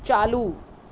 चालू